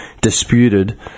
disputed